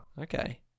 Okay